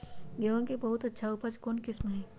गेंहू के बहुत अच्छा उपज कौन किस्म होई?